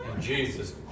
Jesus